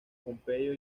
pompeyo